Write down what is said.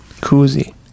koozie